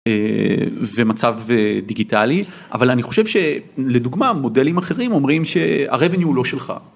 ומצב דיגיטלי אבל אני חושב שלדוגמה מודלים אחרים אומרים שהרבני הוא לא שלך.